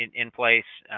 in in place.